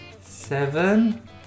seven